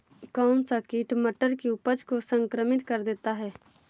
कौन सा कीट मटर की उपज को संक्रमित कर देता है?